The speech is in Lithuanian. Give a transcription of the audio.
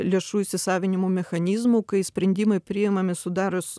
lėšų įsisavinimo mechanizmu kai sprendimai priimami sudarius